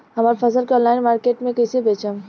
हमार फसल के ऑनलाइन मार्केट मे कैसे बेचम?